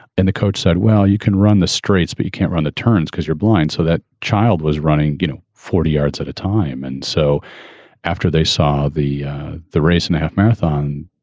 and the coach said, well, you can run the streets, but you can't run the turns because you're blind. so that child was running, you know forty yards at a time. and so after they saw the the race in and a half marathon,